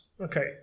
Okay